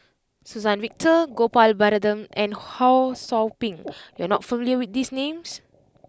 Suzann Victor Gopal Baratham and Ho Sou Ping you are not familiar with these names